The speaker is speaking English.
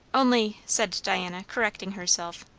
only said diana, correcting herself,